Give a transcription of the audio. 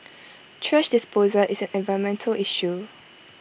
thrash disposal is an environmental issue